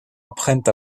apprennent